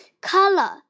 Color